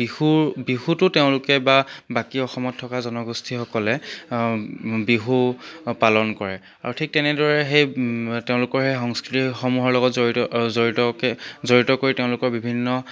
বিহুৰ বিহুতো তেওঁলোকে বা বাকী অসমত থকা জনগোষ্ঠীসকলে বিহু পালন কৰে আৰু ঠিক তেনেদৰে সেই তেওঁলোকৰ সেই সংস্কৃতিসমূহৰ লগত জড়িত জড়িত কে জড়িত কৰি তেওঁলোকৰ বিভিন্ন